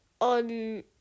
on